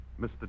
Mr